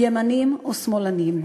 ימניים ושמאלנים.